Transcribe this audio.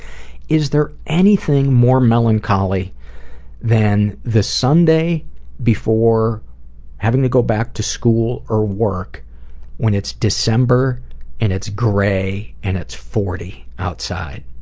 is there anything more melancholy than the sunday before having to go back to school or work when it's december and it's grey and it's forty outside,